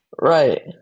Right